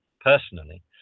personally